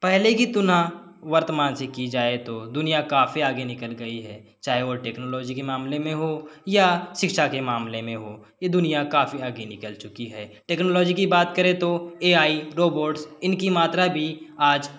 पहले की तुलना वर्तमान से की जाए तो दुनिया काफ़ी आगे निकल गई है चाहे वो टेक्नोलॉजी के मामले में हो या शिक्षा के मामले में हो ये दुनिया काफ़ी आगे निकल चुकी है टेक्नोलॉजी की बात करें तो ए आई रोबोट्स इनकी मात्रा भी आज